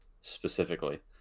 specifically